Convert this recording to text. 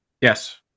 yes